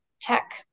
tech